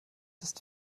ist